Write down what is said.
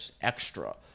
extra